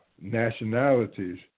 nationalities